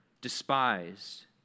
despised